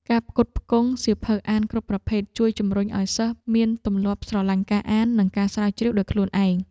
ការផ្គត់ផ្គង់សៀវភៅអានគ្រប់ប្រភេទជួយជំរុញឱ្យសិស្សមានទម្លាប់ស្រឡាញ់ការអាន និងការស្រាវជ្រាវដោយខ្លួនឯង។